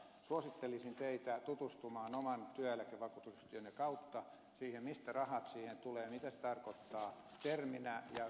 suosittelisin teitä tutustumaan oman työeläkevakuutusyhtiönne kautta siihen mistä rahat siihen tulevat mitä se tarkoittaa terminä ja sijoituksina